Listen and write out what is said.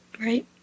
Right